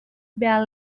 bear